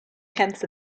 tenths